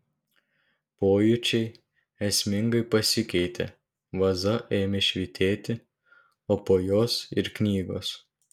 pojūčiai esmingai pasikeitė vaza ėmė švytėti o po jos ir knygos